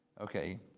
Okay